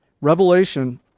Revelation